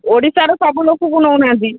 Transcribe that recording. ଓଡ଼ିଶାରୁ ସବୁ ଲୋକକୁ ନେଉନାହାନ୍ତି